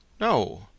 No